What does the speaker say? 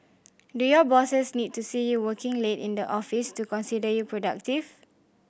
do your bosses need to see you working late in the office to consider you productive